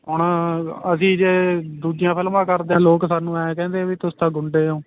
ਹੁਣ ਅਸੀਂ ਜੇ ਦੂਜੀਆਂ ਫਿਲਮਾਂ ਕਰਦੇ ਹਾਂ ਲੋਕ ਸਾਨੂੰ ਐਂ ਕਹਿੰਦੇ ਵੀ ਤੁਸੀਂ ਤਾਂ ਗੁੰਡੇ ਓਂ